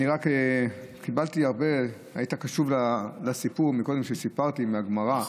היית קשוב לסיפור שסיפרתי קודם, מהגמרא.